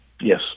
Yes